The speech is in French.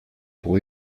pour